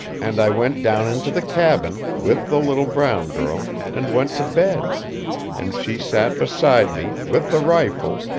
and i went down into the cabin, with the little brown girl, and went to bed and she sat beside me, with the rifle,